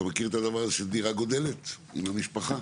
אתה מכיר את הדבר הזה של דירה גודלת עם המשפחה?